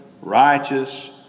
righteous